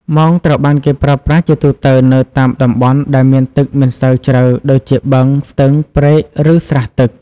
មងត្រូវបានគេប្រើប្រាស់ជាទូទៅនៅតាមតំបន់ដែលមានទឹកមិនសូវជ្រៅដូចជា បឹង ស្ទឹង ព្រែក ឬស្រះទឹក។